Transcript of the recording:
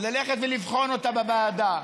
וללכת ולבחון אותה בוועדה,